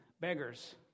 beggars